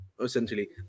essentially